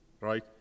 right